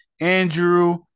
Andrew